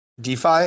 DeFi